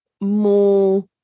more